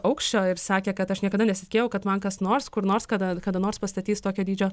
aukščio ir sakė kad aš niekada nesitikėjau kad man kas nors kur nors kada kada nors pastatys tokio dydžio